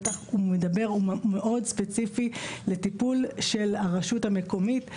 והוא מאוד ספציפי לטיפול של הרשות המקומית.